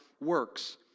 works